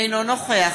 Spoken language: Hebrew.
אינו נוכח